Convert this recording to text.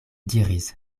diris